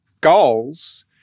goals